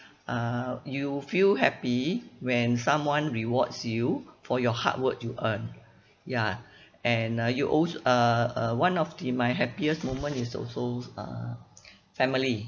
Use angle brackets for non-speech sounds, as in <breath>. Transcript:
uh you feel happy when someone rewards you for your hard work you earned ya <breath> and uh you also uh uh one of the my happiest moment is also uh <breath> family